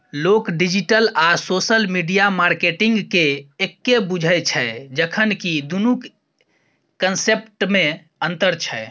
लोक डिजिटल आ social media मार्केटिंगकेँ एक्के बुझय छै जखन कि दुनुक कंसेप्टमे अंतर छै